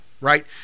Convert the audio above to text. Right